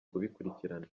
kubikurikirana